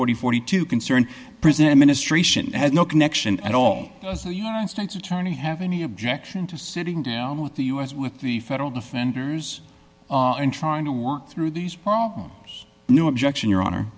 and forty two concerned prison administration has no connection at all the united states attorney have any objection to sitting down with the u s with the federal defenders and trying to walk through these problems no objection your honor